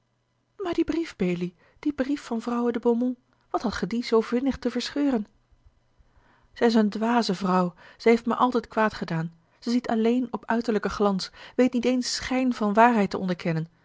maar die brief belie die brief van trouwe de beaumont wat had ge dien zoo vinnig te verscheuren zij is eene dwaze vrouw zij heeft mij altijd kwaad gedaan zij ziet alleen op uiterlijken glans weet niet eens schijn van waarheid te onderkennen